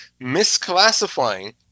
misclassifying